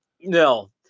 No